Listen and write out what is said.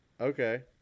Okay